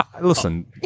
Listen